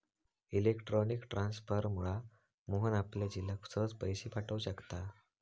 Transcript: electronic ट्रांसफरमुळा मोहन आपल्या झिलाक सहज पैशे पाठव शकता